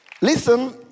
listen